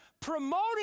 promoting